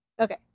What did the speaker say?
Okay